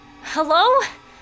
Hello